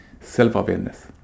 self-awareness